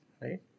right